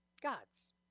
God's